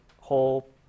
whole